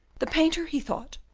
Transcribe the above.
the painter, he thought,